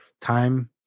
time